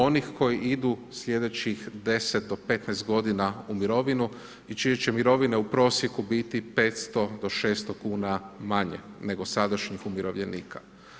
Onih koji idu slijedećih 10-15 godina u mirovinu i čije će mirovine u prosjeku 500 do 600 kuna manje nego sadašnjih umirovljenika.